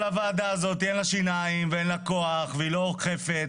הוועדה אין לה שיניים ואין לה כוח והיא לא אוכפת.